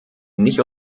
nicht